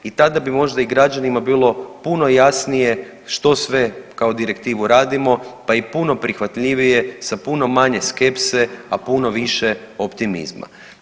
I tada bi možda i građanima bilo puno jasnije što sve kao direktivu radimo, pa i puno prihvatljivije sa puno manje skepse a puno više optimizma.